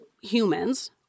humans